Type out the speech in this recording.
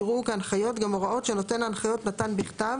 יראו כהנחיות גם הוראות שנותן ההנחיות נתן בכתב